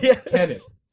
Kenneth